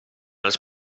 als